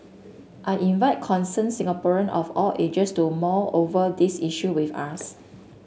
I invite concerned Singaporean of all ages to mull over these issue with us